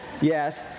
Yes